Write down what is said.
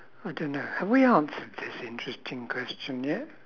I don't know have we answered this interesting question yet